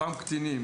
אותם קטינים